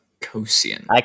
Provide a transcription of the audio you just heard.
Kosian